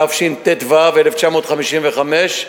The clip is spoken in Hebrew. התשט"ו1955 ,